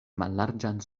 mallarĝan